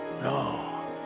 no